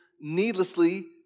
needlessly